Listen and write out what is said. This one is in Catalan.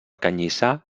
canyissar